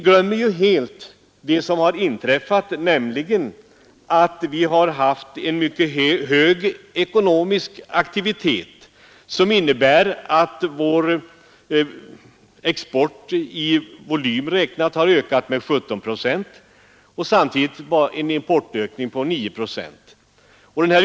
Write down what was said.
Sedan dess har vi har haft en mycket hög ekonomisk aktivitet, som innebär att vår export i volym räknat har ökat med 17 procent och samtidigt har en importökning skett på 9 procent.